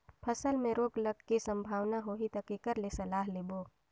फसल मे रोग लगे के संभावना होही ता के कर ले सलाह लेबो?